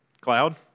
cloud